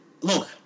look